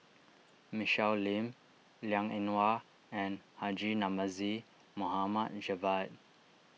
Michelle Lim Liang Eng Hwa and Haji Namazie Mohd Javad